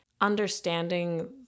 Understanding